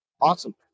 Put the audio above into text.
Awesome